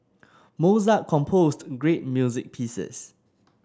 Mozart composed great music pieces